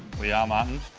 we are, martin.